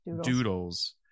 doodles